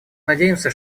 надеемся